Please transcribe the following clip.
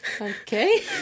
Okay